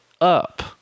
up